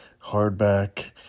hardback